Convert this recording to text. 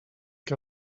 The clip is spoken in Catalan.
què